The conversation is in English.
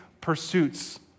pursuits